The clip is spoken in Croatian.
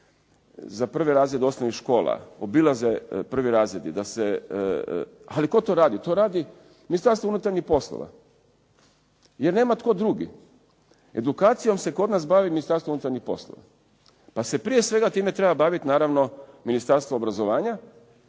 za prve razrede osnovnih škola obilaze prvi razredi. Ali tko to radi? To radi Ministarstvo unutarnjih poslova jer nema tko drugi. Edukacijom se kod nas bavi Ministarstvo unutarnjih poslova, pa se prije svega time treba baviti naravno Ministarstvo obrazovanja